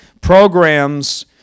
programs